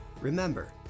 Remember